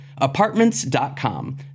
Apartments.com